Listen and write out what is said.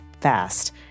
fast